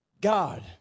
God